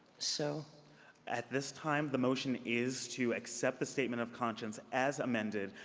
so at this time, the motion is to accept the statement of conscience as amended.